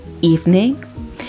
evening